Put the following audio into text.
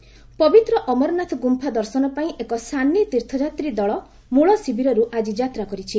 JK ଯାତ୍ରା ପବିତ୍ର ଅମରନାଥ ଗୁମ୍ଫା ଦର୍ଶନ ପାଇଁ ଏକ ସାନି ତୀର୍ଥଯାତ୍ରୀ ଦଳ ମୂଳ ଶିବିରରୁ ଆଜି ଯାତ୍ରା କରିଛି